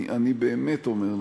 אני באמת אומר לך: